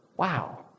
wow